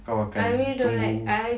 kau akan tunggu